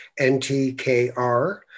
ntkr